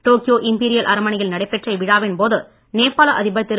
Tokyo imperial அரண்மனையில் நடைபெற்ற இவ்விழாவின் போது நேபாள அதிபர் திரு